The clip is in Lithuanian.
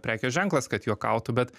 prekės ženklas kad juokautš bet